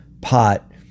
pot